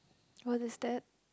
what is that